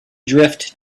drift